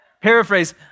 Paraphrase